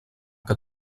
que